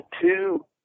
two